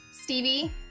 Stevie